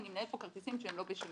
אני מנהל פה כרטיסים שהם לא בשימוש.